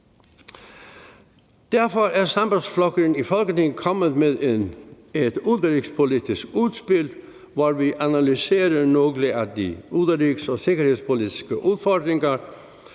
Derfor er Sambandsflokkurin i Folketinget kommet med et udenrigspolitisk udspil, hvor vi analyserer nogle af de udenrigs- og sikkerhedspolitiske udfordringer,